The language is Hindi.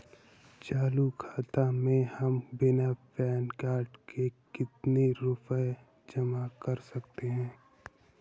चालू खाता में हम बिना पैन कार्ड के कितनी रूपए जमा कर सकते हैं?